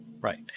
right